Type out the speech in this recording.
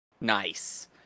Nice